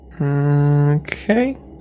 Okay